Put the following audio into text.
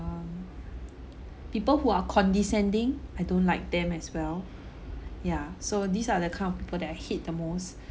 people who are condescending I don't like them as well ya so these are the kind of people that I hate the most